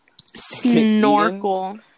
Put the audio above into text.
Snorkel